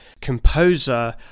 composer